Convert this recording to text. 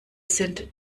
sind